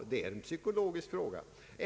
att det är en psykologisk fråga.